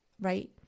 right